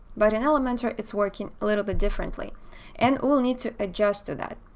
but in elementor it's working a little bit differently and we'll need to adjust to that.